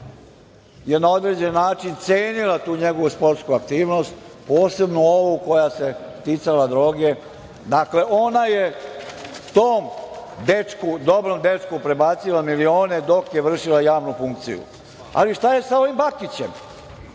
ona na određen način cenila njegovu sportsku aktivnost, posebno ovu koja se ticala droge. Dakle, ona je tom dečku, dobrom dečku, prebacila milione dok je vršila javnu funkciju. Ali, šta je sa ovim Bakićem?